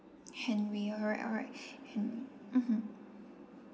henry alright alright henry mmhmm